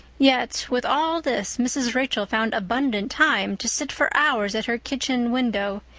yet with all this mrs. rachel found abundant time to sit for hours at her kitchen window,